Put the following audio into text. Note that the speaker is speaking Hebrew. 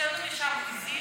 הוצאנו משם עיזים,